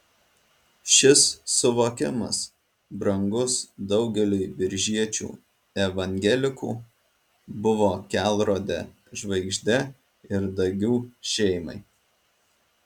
šis suvokimas brangus daugeliui biržiečių evangelikų buvo kelrode žvaigžde ir dagių šeimai